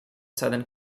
southern